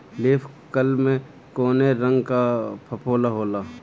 Leaf curl में कौने रंग का फफोला होला?